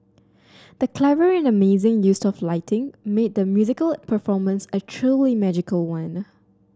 the clever and amazing use of lighting made the musical performance a truly magical one